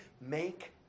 make